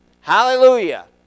Hallelujah